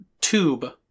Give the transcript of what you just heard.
tube